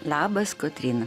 labas kotryna